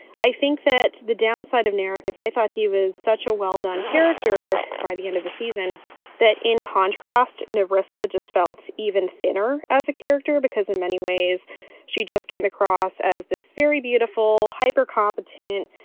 i think that the downside of eric is i thought he was such a well-done character by the end of the season that in contrast, nebraska just felt even thinner as a character because in many ways she just came across as this very beautiful, hyper competent,